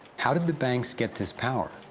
how did the banks get this power?